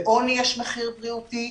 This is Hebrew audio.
לעוני יש מחיר בריאותי,